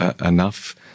enough